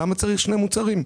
למה צריך שני מוצרים?